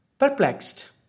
Perplexed